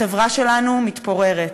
החברה שלנו מתפוררת.